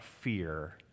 fear